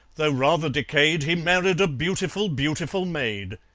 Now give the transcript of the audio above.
though rather decayed, he married a beautiful, beautiful maid.